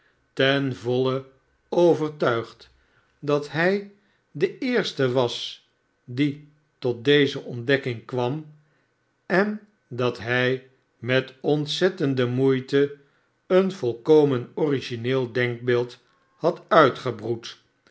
ten voile overtuigd dat hij de eerste was die tot deze ontdekking kwam endat hij met ontzettende moeite een volkomen origineel denkbeeld had uitgebroeid